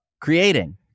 creating